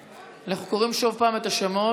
אנחנו קוראים שוב את השמות.